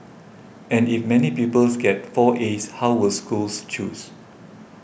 and if many peoples get four As how will schools choose